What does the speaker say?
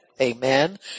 Amen